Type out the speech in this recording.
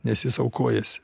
nes jis aukojasi